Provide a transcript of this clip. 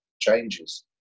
changes